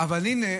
אבל הינה,